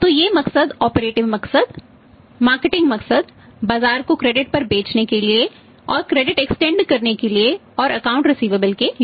तो ये दो मकसद हैं ऑपरेटिव के लिए